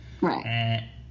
right